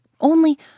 Only